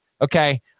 Okay